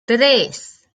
tres